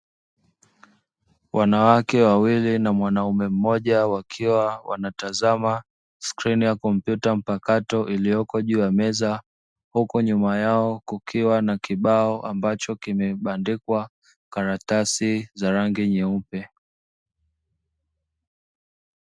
Wanawake wawili na mwanaume mmoja wakiwa wanatazama skirini ya kompyuta mpakato iliyoko juu ya meza, huku nyuma yao kukiwa na kibao ambacho kimeandikwa karatasi za rangi nyeupe.